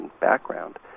background